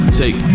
take